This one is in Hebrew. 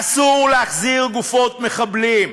אסור להחזיר גופות מחבלים.